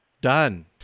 Done